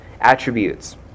attributes